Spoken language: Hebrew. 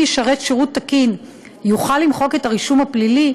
ישרת שירות תקין יוכל למחוק את הרישום הפלילי,